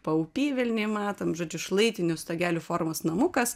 paupy vilniuj matom žodžiu šlaitinių stogelių formos namukas